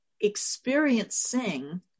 experiencing